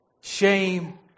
shame